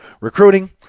recruiting